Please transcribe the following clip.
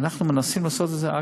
ואנחנו מנסים לעשות את זה,